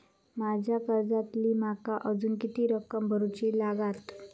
माझ्या कर्जातली माका अजून किती रक्कम भरुची लागात?